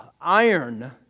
iron